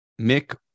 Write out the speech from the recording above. Mick